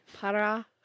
Para